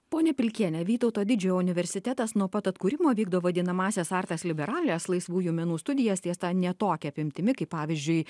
pone pilkiene vytauto didžiojo universitetas nuo pat atkūrimo vykdo vadinamąsias artas liberales laisvųjų menų studijas tiesa ne tokia apimtimi kaip pavyzdžiui